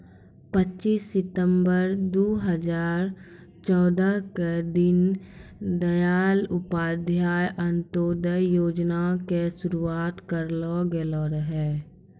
पच्चीस सितंबर दू हजार चौदह के दीन दयाल उपाध्याय अंत्योदय योजना के शुरुआत करलो गेलो रहै